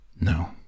No